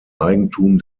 eigentum